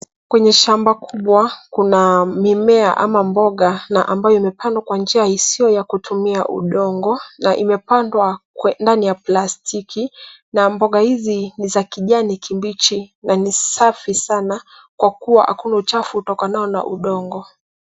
Kwenye shamba kubwa, kuna mimea ama mboga na ambayo imepandwa kwa njia isiyo ya kutumia udongo na imepandwa ndani ya plastiki na mboga hizi ni za kijani kibichi na ni safi sana kwa kuwa hakuna uchafu hutokanao na udongo.